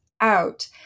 out